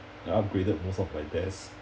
I upgraded most of my desk